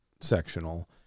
sectional